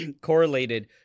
correlated